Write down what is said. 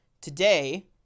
Today